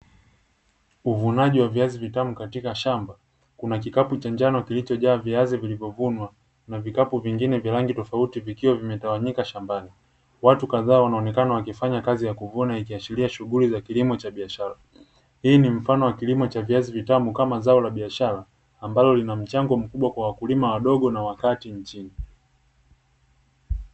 Uvunaji wa viazi vitamu katika shamba, kuna kikapu cha njano kilichojaa viazi vilivovunwa na vikapu vingine vya rangi tofauti vikiwa vimetawanyika shambani, watu kadhaa wanaonekana wakifanya kazi ya kuvuna kuvuna, ikiashiria kilimo cha biashara. Hii ni mfano wa kilimo cha viazi vitamu kama zao la biashara, ambalo lina mchango mkubwa kwa wakulima wadogo na wa kati nchini.